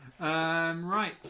Right